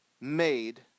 made